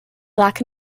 black